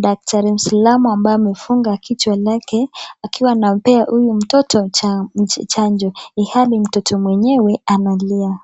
daktari mwislamu ambaye amefunga kichwa lake akiwa anampea huyu mtoto chanjo ilhali mtoto mwenye analia.